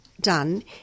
done